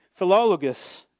Philologus